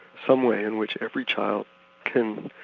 some way in which every child can